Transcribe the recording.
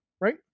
Right